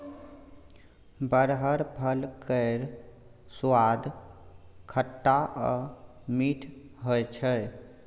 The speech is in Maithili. बरहर फल केर सुआद खट्टा आ मीठ होइ छै